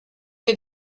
est